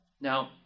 now